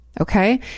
Okay